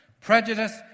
Prejudice